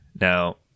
Now